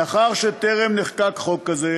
מאחר שטרם נחקק חוק כזה,